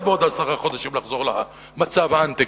בעוד עשרה חודשים לחזור למצב "אנטה",